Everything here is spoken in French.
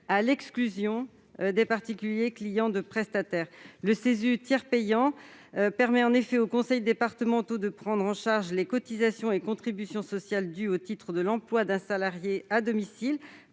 à l'exclusion des particuliers clients de prestataires. Le CESU tiers payant permet aux conseils départementaux de prendre en charge les cotisations et contributions sociales dues au titre de l'emploi d'un salarié à domicile